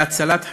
להצלת חיים,